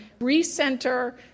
recenter